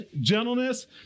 gentleness